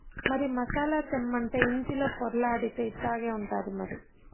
మరి మసాలా తెమ్మంటే ఇంటిలో పొర్లాడితే ఇట్టాగే ఉంటాది మరి